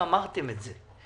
אמרתם את זה.